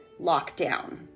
lockdown